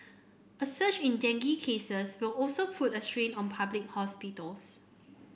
a surge in dengue cases will also put a strain on public hospitals